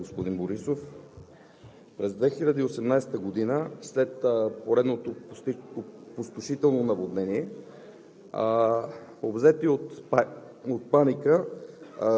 Уважаеми господин Председател, уважаеми колеги, уважаеми министри! Уважаеми господин Борисов, през 2018 г. след поредното опустошително наводнение,